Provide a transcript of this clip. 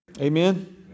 Amen